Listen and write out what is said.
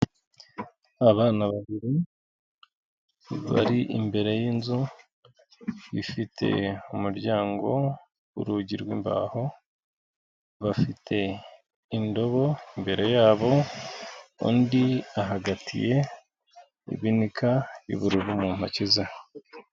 Abana babiri bari imbere y'inzu ifite umuryango, urugi rw'imbaho, bafite indobo imbere yabo undi ahagatiye guhuinika ibinika y'ubururu mu ntoki ze.